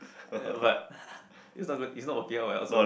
but it's not it's not working out well also